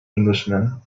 englishman